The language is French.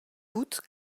gouttes